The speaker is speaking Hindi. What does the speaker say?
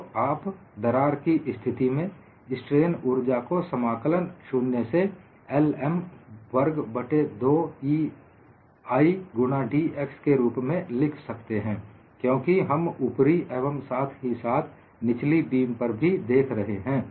तो आप दरार की उपस्थिति में स्ट्रेन ऊर्जा को समाकलन 0 से L M वर्ग बट्टे 2EI गुणा dx के रूप में लिख सकते हैं क्योंकि हम ऊपरी एवं साथ ही साथ निचली बीम पर भी देख रहे हैं